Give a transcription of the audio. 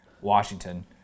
Washington